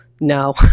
No